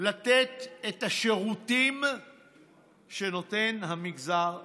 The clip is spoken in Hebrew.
לתת את השירותים שנותן המגזר השלישי.